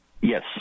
Yes